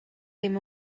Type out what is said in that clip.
ddim